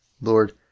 Lord